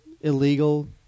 illegal